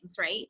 Right